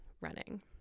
running